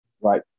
right